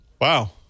Wow